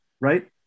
right